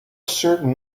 certain